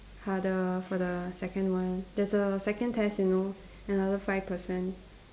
harder for the second one there's a second test you know another five percent